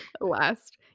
last